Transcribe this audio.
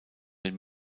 den